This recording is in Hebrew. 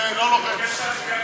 זה לא מופיע אצלי.